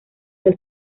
del